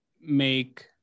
make